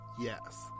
Yes